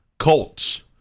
colts